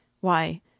Why